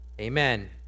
amen